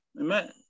Amen